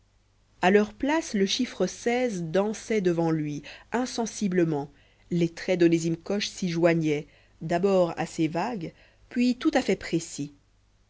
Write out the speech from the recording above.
à leur place le chiffre dansait devant lui insensiblement les traits d'onésime coche s'y joignaient d'abord assez vagues puis tout à fait précis